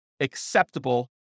acceptable